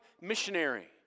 missionary